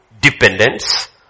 dependence